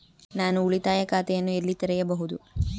ನಾನು ಉಳಿತಾಯ ಖಾತೆಯನ್ನು ಎಲ್ಲಿ ತೆರೆಯಬಹುದು?